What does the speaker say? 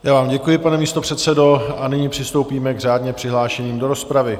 Já vám děkuji, pane místopředsedo, a nyní přistoupíme k řádně přihlášeným do rozpravy.